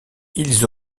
ils